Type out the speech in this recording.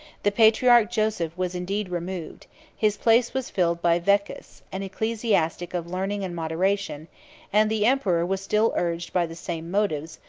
the patriarch joseph was indeed removed his place was filled by veccus, an ecclesiastic of learning and moderation and the emperor was still urged by the same motives,